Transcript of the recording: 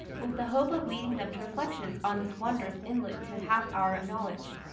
but with the hope of leading them to reflections on this wondrous inlet to half our knowledge,